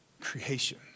Creation